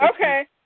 Okay